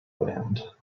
wind